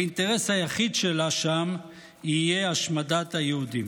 האינטרס היחיד שלה שם יהיה השמדת היהודים.